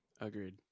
agreed